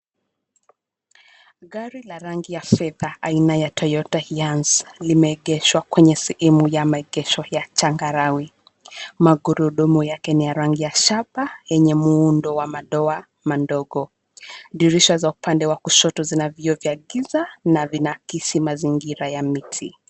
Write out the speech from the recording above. Gari la rangi ya fedha aina ya Toyota HiAce limeegeshwa kwenye sehemu ya maegeasho ya changarawe. Magurudumu yake ni ya rangi ya shaba yenye muundo wa madoa madogo. Dirisha za upande wa kushoto zina vioo vya giza na vinakisi mazingira ya miti.